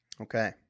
Okay